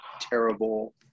terrible